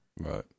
right